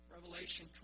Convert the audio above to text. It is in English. Revelation